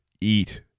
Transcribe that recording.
eat